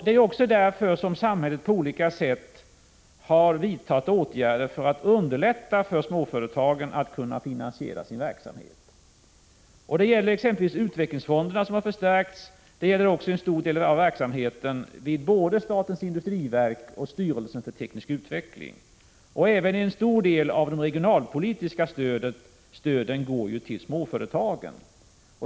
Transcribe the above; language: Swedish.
Men samhället har ju på olika sätt vidtagit åtgärder för att göra det lättare för småföretagen att finansiera sin verksamhet. Det gäller exempelvis utvecklingsfonderna, vilka har Prot. 1985/86:104 förstärkts. Det gäller också en stor del av verksamheten vid både statens 1 april 1986 industriverk och styrelsen för teknisk utveckling. Även en stor del av de regionalpolitiska stöden går till småföretagen.